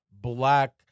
Black